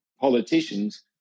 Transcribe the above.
politicians